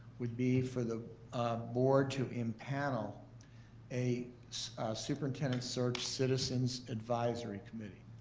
would be for the board to empanel a superintendent search citizens advisory committee,